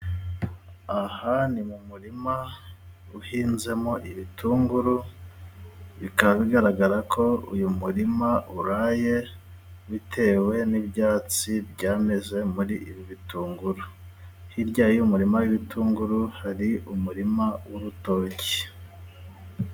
Aha ni mu murima uhinzemo ibitunguru bikaba bigaragara ko uyu murima uraye bitewe n'ibyatsi byameze muri ibi bitunguru hirya yuy'umurima w'ibitunguru hari umurima w'urutoki.